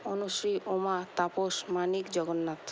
Anushree Uma Tapas Manik Jagannath